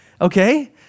Okay